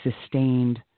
sustained